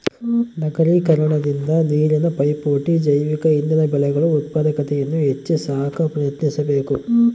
ನಗರೀಕರಣದಿಂದ ನೀರಿನ ಪೈಪೋಟಿ ಜೈವಿಕ ಇಂಧನ ಬೆಳೆಗಳು ಉತ್ಪಾದಕತೆಯನ್ನು ಹೆಚ್ಚಿ ಸಾಕ ಪ್ರಯತ್ನಿಸಬಕು